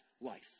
life